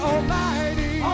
Almighty